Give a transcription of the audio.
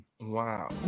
Wow